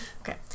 Okay